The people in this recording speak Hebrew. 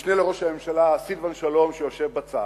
המשנה לראש הממשלה סילבן שלום, שיושב בצד,